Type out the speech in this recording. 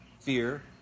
fear